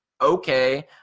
okay